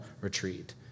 Retreat